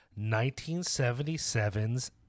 1977's